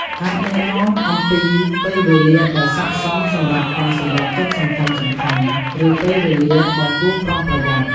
អាចណែនាំអំពីពេលវេលាដែលស័ក្តិសមសម្រាប់ការសម្រេចចិត្តសំខាន់ៗ ឬពេលវេលាដែលគួរប្រុងប្រយ័ត្ន។